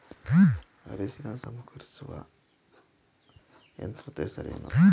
ಅರಿಶಿನ ಸಂಸ್ಕರಿಸುವ ಯಂತ್ರದ ಹೆಸರೇನು?